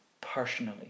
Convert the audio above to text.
personally